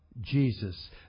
Jesus